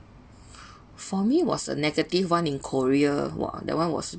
for me was a negative one in korea !wah! that one was